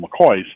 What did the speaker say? McCoys